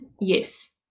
yes